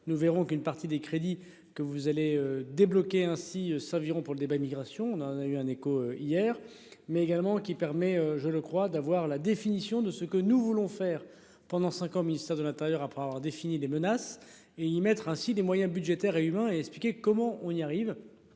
nous verrons qu'une partie des crédits que vous allez débloquer ainsi serviront pour le débat. On a, on a eu un écho hier mais également qui permet, je le crois d'avoir la définition de ce que nous voulons faire pendant 5 ans au ministère de l'Intérieur après avoir défini des menaces et y mettre ainsi des moyens budgétaires et humains et expliquer comment on y arrive.